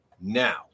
now